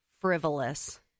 Frivolous